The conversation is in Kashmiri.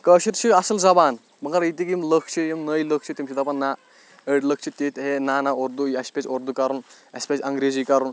کٲشُر چھِ اَصٕل زَبان مَگر ییٚتِکۍ یِم لُکھ چھِ یِم نٔۍ لُکھ چھِ تِم چھِ دَپان نہ أڈۍ لُکھ چھِ تِتھۍ ہے نہ نہ اردوٗ اَسہِ پَزِ اردوٗ کَرُن اَسہِ پَزِ انٛگریٖزی کَرُن